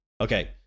Okay